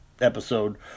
episode